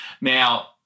Now